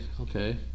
okay